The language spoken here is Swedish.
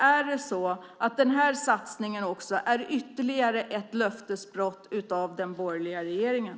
Är satsningen kanske bara ytterligare ett löftesbrott från den borgerliga regeringen?